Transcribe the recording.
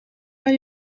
bij